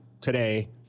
Today